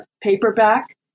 paperback